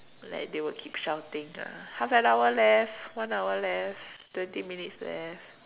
like they will keep shouting ah half an hour left one hour left twenty minutes left